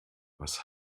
was